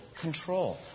control